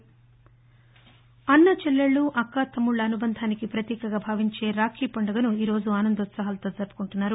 రక్షాబంధన్ అన్నా చెల్లెళ్లు అక్కా తమ్ముళ్ల అనుబంధానికి పతీకగా భావించే రాఖీ పండుగను ఈరోజు ఆనందోత్పహాలతో జరుపుకుంటున్నారు